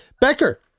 Becker